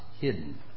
hidden